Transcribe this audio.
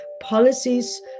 policies